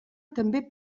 també